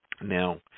Now